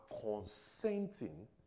consenting